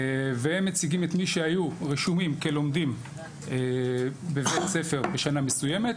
והם מציגים את מי שהיו רשומים כלומדים בבית ספר בשנה מסוימת,